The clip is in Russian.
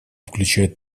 включать